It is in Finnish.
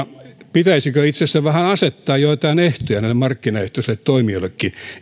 pitäisikö itse asiassa vähän asettaa joitain ehtoja näille markkinaehtoisillekin toimijoille